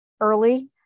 early